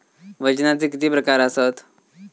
वजनाचे किती प्रकार आसत?